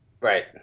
Right